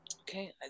Okay